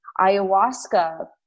ayahuasca